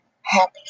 happy